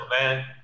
man